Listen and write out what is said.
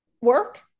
work